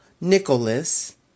Nicholas